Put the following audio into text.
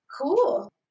cool